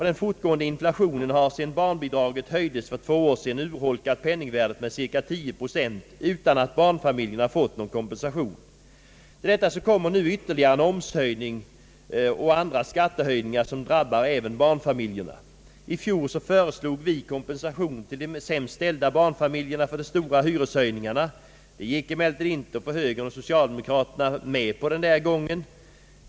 Den fortgående inflationen har sedan barnbidraget höjdes för två år sedan utholkat penningvärdet med cir ka 10 procent utan att barnfamiljerna fått någon kompensation. Till detta kommer nu en ytterligare omshöjning samt andra skattehöjningar som även drabbar barnfamiljer. I fjol föreslog vi kompensation till de sämst ställda barnfamiljerna för de stora hyreshöjningarna. Det gick emellertid inte att få högern och socialdemokraterna med på det den gången.